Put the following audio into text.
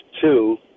two